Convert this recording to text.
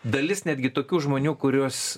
dalis netgi tokių žmonių kuriuos